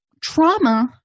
Trauma